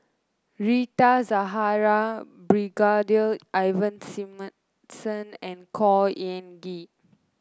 Rita Zahara Brigadier Ivan Simson and Khor Ean Ghee